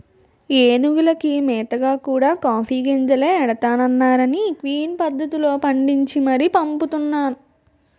ఏనుగులకి మేతగా కూడా కాఫీ గింజలే ఎడతన్నారనీ క్విన్ పద్దతిలో పండించి మరీ పంపుతున్నా